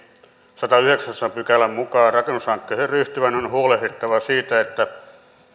sadannenyhdeksännen pykälän mukaan rakennushankkeisiin ryhtyvän on huolehdittava siitä että